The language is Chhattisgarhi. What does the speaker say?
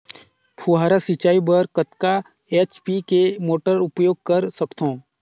फव्वारा सिंचाई बर कतका एच.पी के मोटर उपयोग कर सकथव?